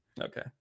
Okay